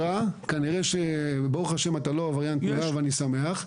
כנראה שאתה לא עבריין תנועה ואני שמח.